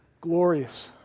Glorious